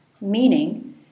meaning